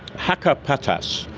hakka patas.